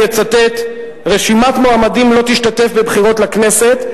אני אצטט: "רשימת מועמדים לא תשתתף בבחירות לכנסת,